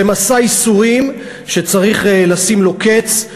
זה מסע ייסורים שצריך לשים לו קץ,